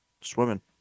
swimming